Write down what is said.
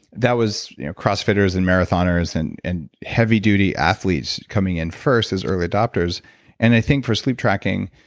that was cross fitters and marathoners and and heavy duty athletes coming in first as early adopters and i think for sleep tracking,